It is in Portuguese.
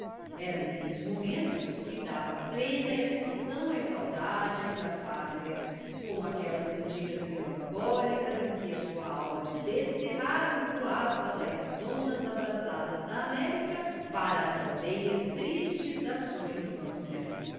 era nesses momentos que dava plena expansão às saudades da pátria com aquelas cantigas melancólicas em que a sua alma de desterrado voava das zonas abrasadas da américa para as aldeias tristes da sua infância